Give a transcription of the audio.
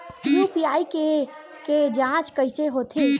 UPI के के जांच कइसे होथे?